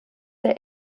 der